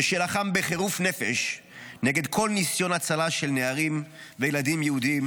ושלחם בחירוף נפש נגד כל ניסיון הצלה של נערים וילדים יהודים